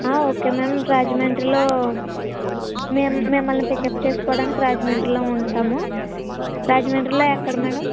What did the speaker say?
okay ma'am రాజమండ్రిలో మేము మిమ్మల్ని పికప్ చేసుకోడానికి రాజమండ్రిలో ఉంటాము రాజమండ్రిలో ఎక్కడ మేడం